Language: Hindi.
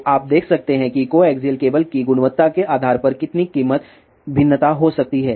तो आप देख सकते हैं कि कोएक्सियल केबल की गुणवत्ता के आधार पर कितनी कीमत भिन्नता हो सकती है